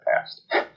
past